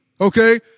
okay